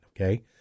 Okay